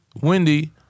Wendy